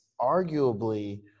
arguably